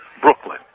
Brooklyn